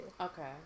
Okay